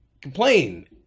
complain